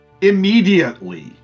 Immediately